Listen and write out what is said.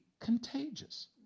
contagious